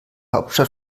hauptstadt